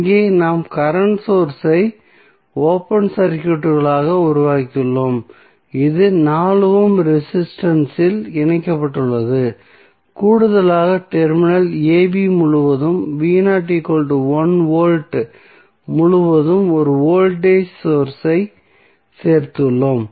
இங்கே நாம் current source ஐ ஓபன் சர்க்யூட்களாக உருவாக்கியுள்ளோம் இது 4 ஓம் ரெசிஸ்டன்ஸ் இல் இணைக்கப்பட்டுள்ளது கூடுதலாக டெர்மினல் a b முழுவதும் வோல்ட் முழுவதும் ஒரு வோல்டேஜ் சோர்ஸ் ஐ சேர்த்துள்ளோம்